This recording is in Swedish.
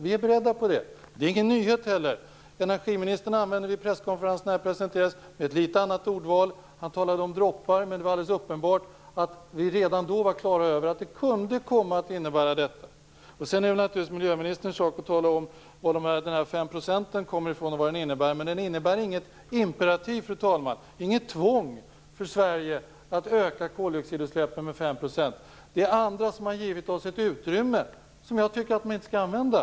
Vi är beredda på det, och det är heller ingen nyhet. Energiministern använde ett litet annat ordval vid presskonferensen när detta presenterades: han talade om droppar. Men det var alldeles uppenbart att vi redan då var på det klara med att det kunde komma att innebära detta. Sedan är det naturligtvis miljöministerns sak att tala om var de här fem procenten kommer ifrån och vad de innebär. Men det här är inget imperativ, fru talman! Det är inget tvång för Sverige att öka koldioxidutsläppen med 5 %. Det är andra som har givit oss ett utrymme, som jag inte tycker att vi skall använda.